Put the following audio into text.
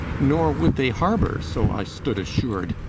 nor would they harbor, so i stood assured,